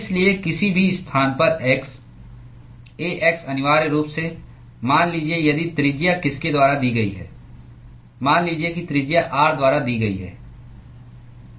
इसलिए किसी भी स्थान पर x A अनिवार्य रूप से मान लीजिए यदि त्रिज्या किसके द्वारा दी गई है मान लीजिए कि त्रिज्या r द्वारा दी गई है